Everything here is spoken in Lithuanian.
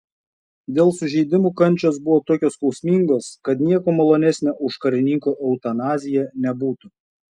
dėl sužeidimų kančios buvo tokios skausmingos kad nieko malonesnio už karininko eutanaziją nebūtų